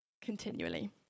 continually